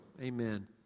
Amen